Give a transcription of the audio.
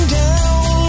down